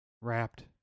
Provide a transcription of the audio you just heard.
wrapped